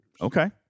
Okay